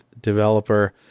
developer